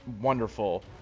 wonderful